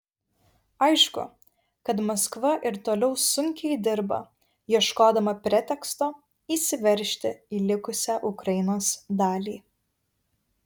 aišku kad maskva ir toliau sunkiai dirba ieškodama preteksto įsiveržti į likusią ukrainos dalį